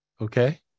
okay